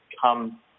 come